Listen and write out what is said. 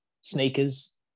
sneakers